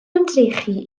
ymdrechu